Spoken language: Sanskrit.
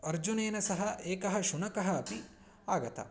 अर्जुनेन सह एकः शुनकः अपि आगतः